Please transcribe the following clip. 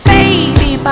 Baby